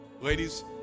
Ladies